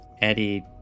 Eddie